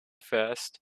vest